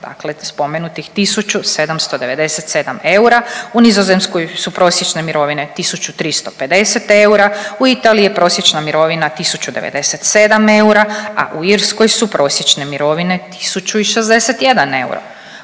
dakle spomenutih 1797 eura, u Nizozemskoj su prosječne mirovine 1350 eura, u Italiji je prosječna mirovina 1097 eura, a u Irskoj su prosječne mirovine 1061 euro.